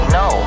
no